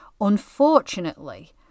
Unfortunately